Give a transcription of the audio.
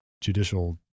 judicial